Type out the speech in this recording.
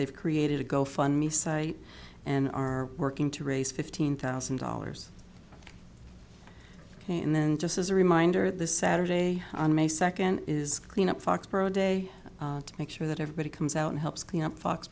they've created a go fund me site and are working to raise fifteen thousand dollars and then just as a reminder this saturday on may second is cleanup foxborough day to make sure that everybody comes out and helps clean up fox